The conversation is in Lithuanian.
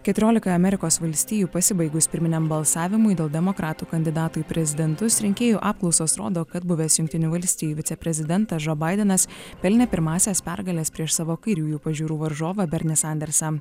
keturiolika amerikos valstijų pasibaigus pirminiam balsavimui dėl demokratų kandidato į prezidentus rinkėjų apklausos rodo kad buvęs jungtinių valstijų viceprezidentas džo baidenas pelnė pirmąsias pergales prieš savo kairiųjų pažiūrų varžovą bernį sandersą